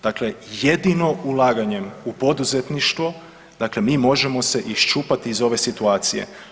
Dakle, jedino ulaganjem u poduzetništvo dakle mi možemo se iščupati iz ove situacije.